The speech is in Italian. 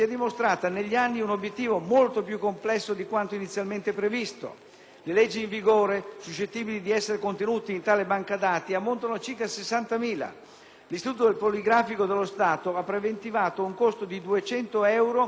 Le leggi in vigore, suscettibili di essere contenute in tale banca dati, ammontano a circa 60.000 e l'Istituto poligrafico dello Stato ha preventivato un costo di 200 euro per l'inserimento nella banca dati di una singola legge, compresa la sua marcatura,